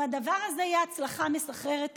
אם הדבר הזה יהיה הצלחה מסחררת,